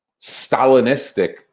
Stalinistic